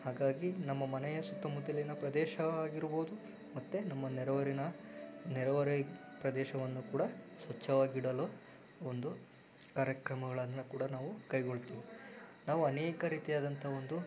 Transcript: ಹಾಗಾಗಿ ನಮ್ಮ ಮನೆಯ ಸುತ್ತಮುತ್ತಲಿನ ಪ್ರದೇಶ ಆಗಿರ್ಬೋದು ಮತ್ತೆ ನಮ್ಮ ನೆರೆಹೊರೆನ ನೆರೆಹೊರೆ ಪ್ರದೇಶವನ್ನು ಕೂಡ ಸ್ವಚ್ಛವಾಗಿಡಲು ಒಂದು ಕಾರ್ಯಕ್ರಮಗಳನ್ನ ಕೂಡ ನಾವು ಕೈಗೊಳ್ತೀವಿ ನಾವು ಅನೇಕ ರೀತಿಯಾದಂಥ ಒಂದು